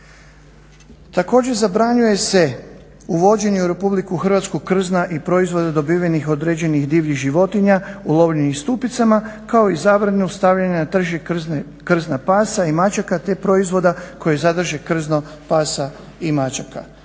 Također, zabranjuje se uvođenje u RH krzna i proizvoda dobivenih od određenih divljih životinja ulovljenih u stupicama… kao i zabranu stavljanja trži krzna pasa i mačaka te proizvoda koji sadrže krzno pasa i mačaka.